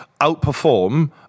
outperform